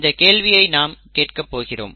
இந்தக் கேள்வியை நாம் கேட்கப் போகிறோம்